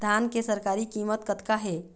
धान के सरकारी कीमत कतका हे?